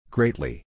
Greatly